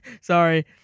sorry